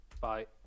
Bye